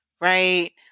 Right